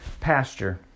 pasture